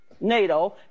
NATO